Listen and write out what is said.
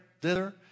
thither